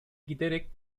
giderek